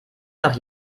noch